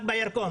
רק בירקון.